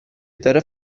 داره